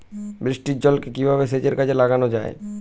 বৃষ্টির জলকে কিভাবে সেচের কাজে লাগানো য়ায়?